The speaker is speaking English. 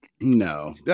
No